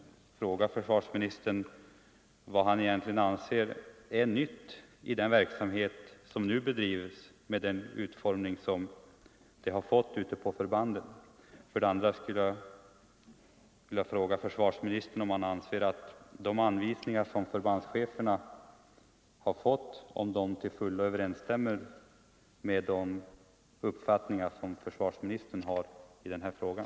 Vad är det egentligen som är nytt i den här verksamheten, med den utformning som den nu har fått ute på förbanden? 2. Anser försvarsministern att de anvisningar som förbandscheferna har fått till fullo överensstämmer med den uppfattning som försvarsministern har i den här frågan?